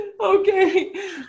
Okay